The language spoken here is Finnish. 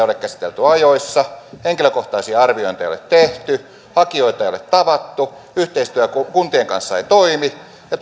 ole käsitelty ajoissa henkilökohtaisia arviointeja ei ole tehty hakijoita ei ole tavattu yhteistyö kuntien kanssa ei toimi ja